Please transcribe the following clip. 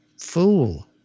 fool